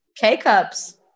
k-cups